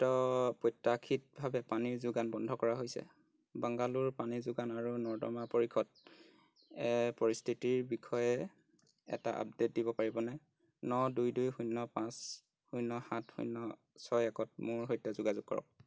ত প্ৰত্যাশিতভাৱে পানী যোগান বন্ধ কৰা হৈছে বাংগালোৰ পানী যোগান আৰু নৰ্দমা পৰিষদ এ পৰিস্থিতিৰ বিষয়ে এটা আপডেট দিব পাৰিবনে ন দুই দুই শূন্য পাঁচ শূন্য সাত শূন্য ছয় একত মোৰ সৈতে যোগাযোগ কৰক